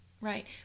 right